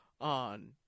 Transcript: on